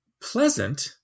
pleasant